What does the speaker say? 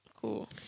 cool